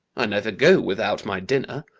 i never go without my dinner.